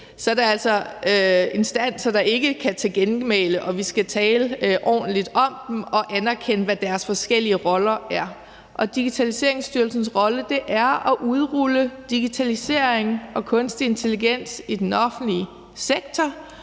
er det altså instanser, der ikke kan tage til genmæle. Vi skal tale ordentligt om dem og anerkende, hvad deres forskellige roller er. Digitaliseringsstyrelsens rolle er at udrulle digitalisering og kunstig intelligens i den offentlige sektor,